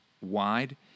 wide